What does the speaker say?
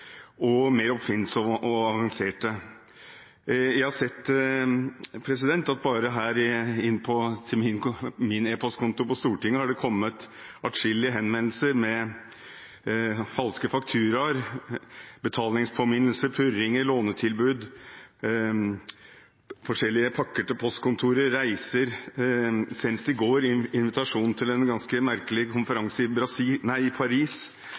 og mer oppfinnsomme og avanserte. Jeg har sett at bare til min e-postkonto her på Stortinget har det kommet atskillige henvendelser med falske fakturaer, betalingspåminnelser, purringer, lånetilbud, forskjellige pakker til postkontorer, reiser – senest i går en invitasjon til en ganske merkelig konferanse i Paris – henvendelser fra venner som er i